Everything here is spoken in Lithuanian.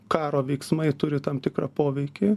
karo veiksmai turi tam tikrą poveikį